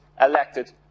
elected